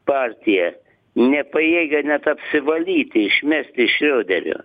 partija nepajėgia net apsivalyti išmesti šrioderio